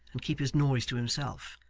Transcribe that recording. and keep his noise to himself,